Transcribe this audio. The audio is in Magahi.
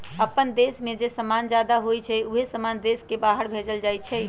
अप्पन देश में जे समान जादा होई छई उहे समान देश के बाहर भेजल जाई छई